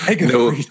no